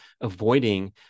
avoiding